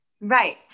Right